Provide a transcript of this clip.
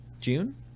June